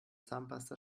zahnpasta